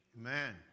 Amen